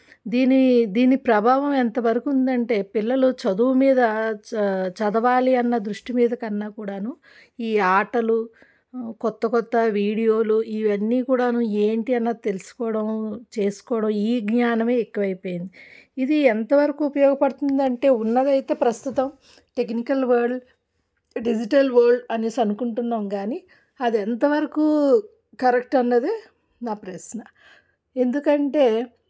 దీని దీని ప్రభావం ఎంతవరకు ఉందంటే పిల్లలు చదువు మీద చ చదవాలి అన్న దృష్టి మీదకన్నా కూడాను ఈ ఆటలు కొత్త కొత్త వీడియోలు ఇవన్నీ కూడాను ఏంటి అన్నది తెలుసుకోవడము చేసుకోవడం ఈ జ్ఞానమే ఎక్కువ అయిపోయింది ఇది ఎంతవరకు ఉపయోగపడుతుందంటే ఉన్నది అయితే ప్రస్తుతం టెక్నికల్ వరల్డ్ డిజిటల్ వరల్డ్ అనేసి అనుకుంటున్నాం కానీ అది ఎంతవరకు కరెక్ట్ అన్నది నా ప్రశ్న ఎందుకంటే